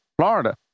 Florida